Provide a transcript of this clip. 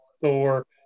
Thor